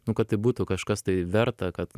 nu kad tai būtų kažkas tai verta kad